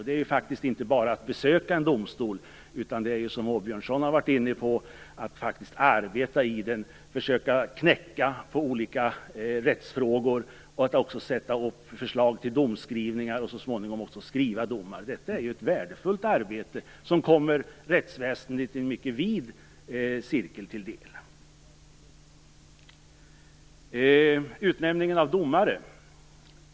Det handlar inte om att bara besöka en domstol utan att - som Åbjörnsson var inne på - faktiskt arbeta i den, försöka knäcka olika rättsfrågor, sätta upp förslag till domskrivningar och så småningom också skriva domar. Detta är ett värdefullt arbete som kommer rättsväsendet i en mycket vid cirkel till del.